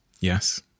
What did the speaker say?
Yes